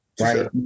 right